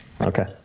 Okay